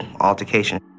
altercation